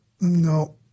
no